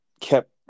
kept